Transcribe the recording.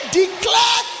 declare